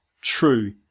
true